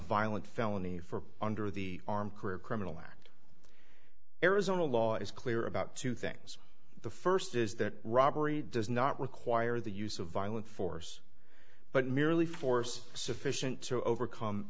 violent felony for under the arm career criminal act arizona law is clear about two things the first is that robbery does not require the use of violent force but merely force sufficient to overcome